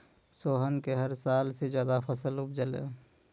सोहन कॅ हर साल स ज्यादा फसल उपजलै